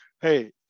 Hey